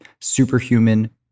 Superhuman